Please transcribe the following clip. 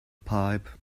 pipe